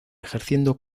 ejerciendo